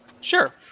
Sure